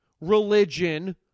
religion